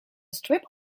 strip